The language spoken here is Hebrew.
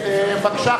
בבקשה,